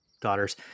daughters